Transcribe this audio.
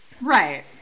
Right